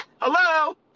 hello